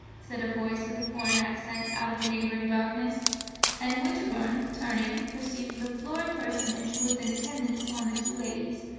said a voice, with a foreign accent, out of the neighboring darkness and winterbourne, turning, perceived the florid personage who was in attendance upon the two ladies.